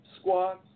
squats